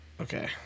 Okay